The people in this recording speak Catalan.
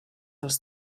als